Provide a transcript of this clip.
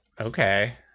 Okay